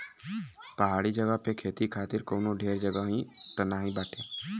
पहाड़ी जगह पे खेती खातिर कवनो ढेर जगही त नाही बाटे